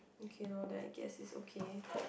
okay lor then I guess it's okay